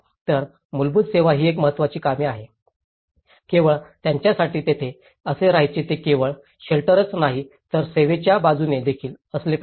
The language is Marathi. तर मूलभूत सेवा ही एक महत्त्वाची कामे आहे केवळ त्यांच्यासाठी तेथे कसे राहायचे ते केवळ शेल्टरच नाही तर सेवेच्या बाजूने देखील असले पाहिजे